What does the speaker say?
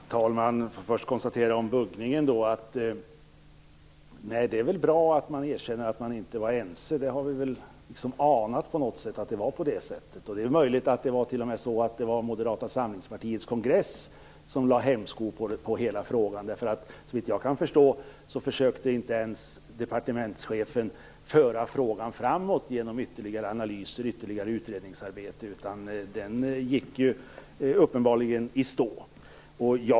Herr talman! Låt mig först konstatera angående buggningen att det är bra att man erkänner att man inte var ense. Vi har väl liksom anat att det var på det sättet. Det är möjligt att det t.o.m. var Moderata samlingspartiets kongress som lade hämsko på hela frågan. Såvitt jag kan förstå försökte inte ens departementschefen föra frågan framåt genom ytterligare analyser och utredningsarbete, utan den gick uppenbarligen i stå.